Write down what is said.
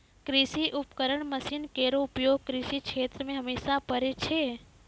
कृषि उपकरण मसीन केरो उपयोग कृषि क्षेत्र मे हमेशा परै छै